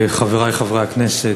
חברי חברי הכנסת,